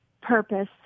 purpose